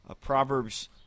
Proverbs